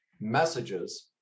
messages